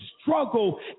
struggle